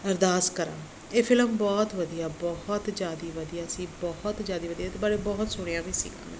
ਅਰਦਾਸ ਕਰਾਂ ਇਹ ਫਿਲਮ ਬਹੁਤ ਵਧੀਆ ਬਹੁਤ ਜ਼ਿਆਦਾ ਵਧੀਆ ਸੀ ਬਹੁਤ ਜ਼ਿਆਦਾ ਵਧੀਆ ਅਤੇ ਪਰ ਬਹੁਤ ਸੁਣਿਆ ਵੀ ਸੀਗਾ ਮੈਂ